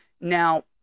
Now